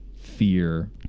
fear